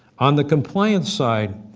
on the compliance side,